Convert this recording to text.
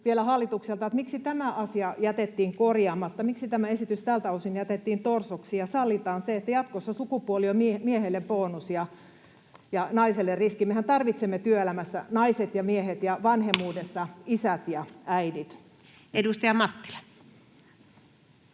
vielä hallitukselta: Miksi tämä asia jätettiin korjaamatta? Miksi tämä esitys tältä osin jätettiin torsoksi ja sallitaan se, että jatkossa sukupuoli on miehelle bonus ja naiselle riski? Mehän tarvitsemme työelämässä naiset ja miehet ja vanhemmuudessa isät ja äidit. [Speech 234]